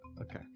Okay